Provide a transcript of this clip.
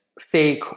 fake